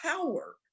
power